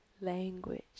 language